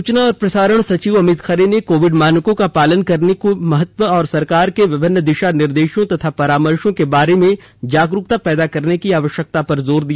सूचना और प्रसारण सचिव अमित खरे ने कोविड मानकों का पालन करने के महत्व और सरकार के विभिन्न दिशा निर्देशों तथा परामर्श के बारे में जागरूकता पैदा करने की आवश्यकता पर जोर दिया